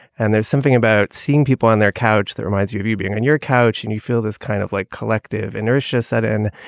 and there's something about seeing people on their couch that reminds you of you being on your couch and you feel this kind of like collective inertia set in.